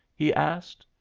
he asked.